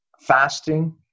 Fasting